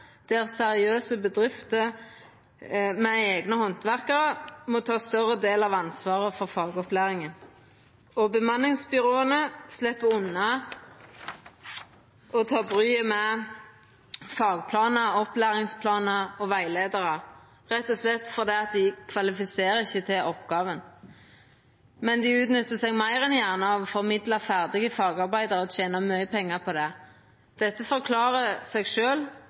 der seriøse bedrifter med eigne handverkarar må ta ein større del av ansvaret for fagopplæringa. Og bemanningsbyråa slepp å ta bryet med fagplanar, opplæringsplanar og rettleiarar, rett og slett fordi dei ikkje kvalifiserer til oppgåva. Men dei nyttar seg meir enn gjerne av å formidla ferdige fagarbeidarar – og tener mykje pengar på det. Det forklarar seg